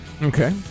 Okay